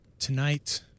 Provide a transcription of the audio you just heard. Tonight